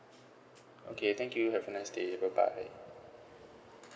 okay thank you have a nice day bye bye